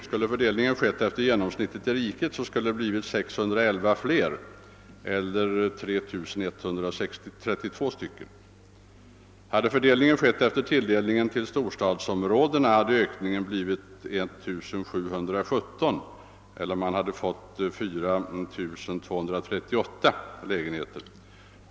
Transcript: Skulle fördelningen ha skett efter genomsnittet för riket, hade det blivit ytterligare 611 lägenheter eller 3 132. Hade fördelningen skett i överensstämmelse med tilldelningen = till storstadsområdena, skulle ökningen ha blivit 1717 eller 4 238 lägenheter.